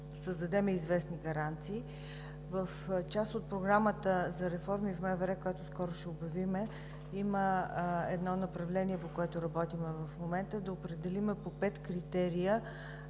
създадем известни гаранции. В част от Програмата за реформи в МВР, която скоро ще обявим, има направление, по което работим в момента, да определим по пет критерия